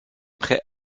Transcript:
prêt